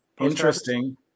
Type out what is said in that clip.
Interesting